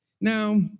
Now